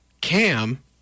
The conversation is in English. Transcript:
Cam